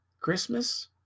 Christmas